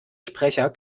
sprecher